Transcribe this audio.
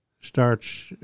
starts